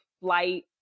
flight